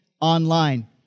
online